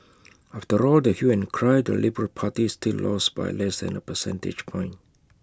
after all the hue and cry the liberal party still lost by less than A percentage point